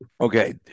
Okay